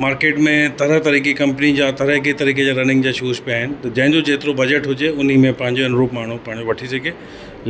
market में तरह तरह की कंपनी जा तरीक़े तरीक़े जा रनिंग जा शूज़ पिया आहिनि त जंहिंजो जेतिरो बजेट हुजे उन्हीअ में पंहिंजे अनुरुप माण्हू पाणि ई वठी सघे